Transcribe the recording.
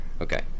Okay